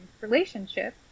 relationship